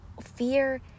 fear